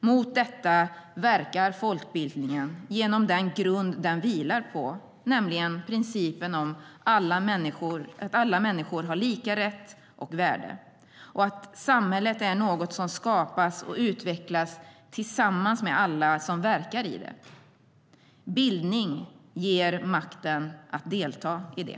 Mot detta verkar folkbildningen genom den grund den vilar på, nämligen principen att alla människor har samma rätt och värde och att samhället är något som skapas och utvecklas tillsammans med alla som verkar i det. Bildning ger makten att delta i det.